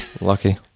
Lucky